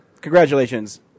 congratulations